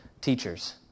teachers